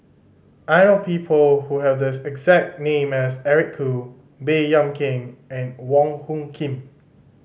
I know people who have the exact name as Eric Khoo Baey Yam Keng and Wong Hung Khim